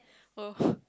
oh